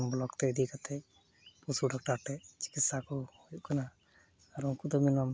ᱛᱚᱠᱷᱚᱱ ᱵᱞᱚᱠᱛᱮ ᱤᱫᱤ ᱠᱟᱛᱮᱫ ᱯᱚᱥᱩ ᱰᱟᱠᱴᱟᱨ ᱴᱷᱮᱡ ᱪᱤᱠᱤᱛᱥᱥᱟ ᱠᱚ ᱦᱩᱭᱩᱜ ᱠᱟᱱᱟ ᱟᱨ ᱩᱱᱠᱩᱫᱚ ᱮᱢᱮᱱᱚᱢ